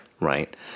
right